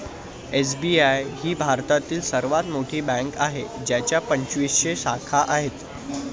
SBI ही भारतातील सर्वात मोठी बँक आहे ज्याच्या पंचवीसशे शाखा आहेत